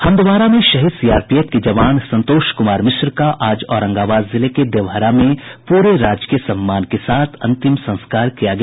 हंदवाड़ा में शहीद सीआरपीएफ के जवान संतोष कुमार मिश्रा का आज औरंगाबाद जिले के देवहरा में पूरे राजकीय सम्मान के साथ अंतिम संस्कार किया गया